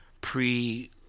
pre